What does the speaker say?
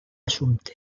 assumpte